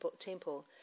temple